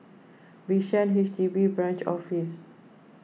Bishan H D B Branch Office